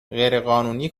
غیرقانونی